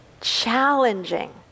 Challenging